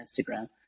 Instagram